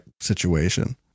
situation